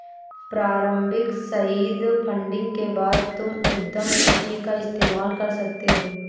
प्रारम्भिक seed funding के बाद तुम उद्यम पूंजी का इस्तेमाल कर सकते हो